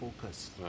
focus